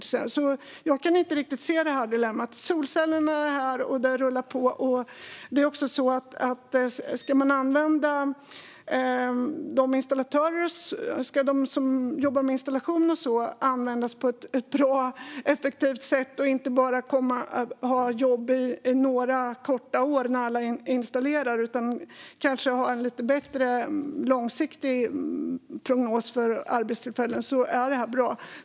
Jag kan därför inte riktigt se detta dilemma. Solcellerna är här, och det rullar på. Ska dessutom de som jobbar med installationer och så vidare användas på ett bra och effektivt sätt och inte bara ha jobb under några få år när alla installerar utan kanske ha en lite bättre långsiktig prognos för arbete är detta bra.